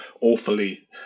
awfully